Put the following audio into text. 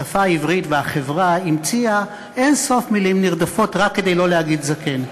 השפה העברית והחברה המציאו אין-סוף מילים נרדפות רק כדי לא להגיד זקן: